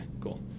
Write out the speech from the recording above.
Cool